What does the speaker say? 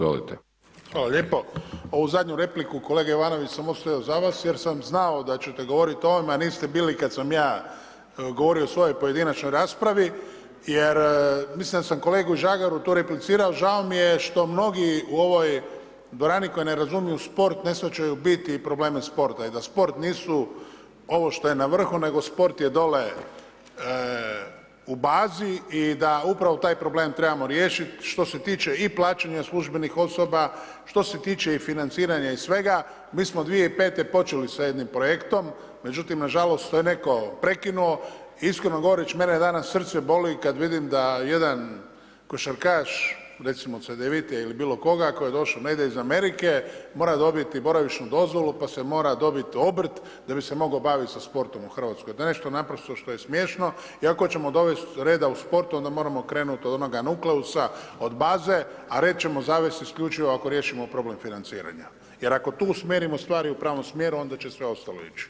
Hvala lijepo, ovo zadnju repliku kolega Jovanović sam ostavio za vas jer sam znao da ćete govorit o ovome, a niste bili kad sam ja govorio u svojoj pojedinačnoj raspravi jer mislim da sam kolegu Žagaru tu replicirao žao mi je što mnogi u ovoj dvorani koji ne razumiju sport ne shvaćaju bit i probleme sporta i da sport nisu ovo što je na vrhu, nego sport je dole u bazi i da upravo taj problem trebamo riješit, što se tiče i plaćanja službenih osoba, što se tiče i financiranja i svega mi smo 2005. počeli s jednim projektom, međutim na žalost to je netko prekinuo, iskreno govoreći mene danas srce boli kad vidim da jedan košarkaš recimo Cedevite ili bilo koga ko došao negdje iz Amerike mora dobiti boravišnu dozvolu pa se mora dobit obrt da bi se mogao bavit sa sportom u Hrvatskoj, da nešto naprosto što je smiješno i ako ćemo dovest reda u sport onda moramo krenuti od onoga nukleusa od baze, a red ćemo zavest isključivo ako riješimo problem financiranja, jer ako tu usmjerimo stvari u pravom smjeru onda će sve ostalo ići.